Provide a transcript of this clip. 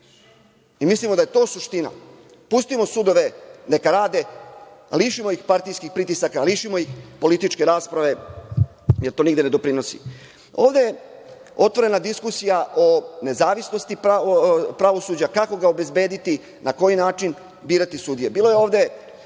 Mislimo da je to suština. Pustimo sudove neka rade, lišimo ih partijskih pritisaka, lišimo ih političke rasprave, jer to nigde ne doprinosi. Ovde je otvorena diskusija o nezavisnosti pravosuđa, kako ga obezbediti, na koji način birati sudije.